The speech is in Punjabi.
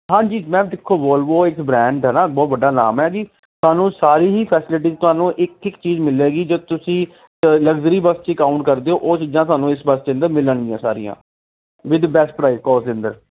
ਹਾਂਜੀ ਮੈਮ ਦੇਖੋ ਵੋਲਵੋ ਇੱਕ ਬ੍ਰਾਂਡ ਐ ਨਾ ਬਹੁਤ ਵੱਡਾ ਨਾਮ ਹੈ ਜੀ ਸਾਨੂੰ ਸਾਰੀ ਹੀ ਫੈਸਲਿਟੀ ਤੁਹਾਨੂੰ ਇੱਕ ਇੱਕ ਚੀਜ਼ ਮਿਲੇਗੀ ਜੋ ਤੁਸੀਂ ਲਗਜ਼ਰੀ ਬੱਸ 'ਚ ਕਾਊਂਟ ਕਰਦੇ ਹੋ ਉਹ ਚੀਜ਼ਾਂ ਸਾਨੂੰ ਇਸ ਬੱਸ ਦੇ ਅੰਦਰ ਮਿਲਣਗੀਆਂ ਸਾਰੀਆਂ ਵਿਦ ਬੈਸਟ ਪਰਾਈਜ ਕੋਸਟ ਦੇ ਅੰਦਰ